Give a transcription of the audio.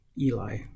Eli